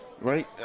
right